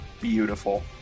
beautiful